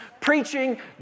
preaching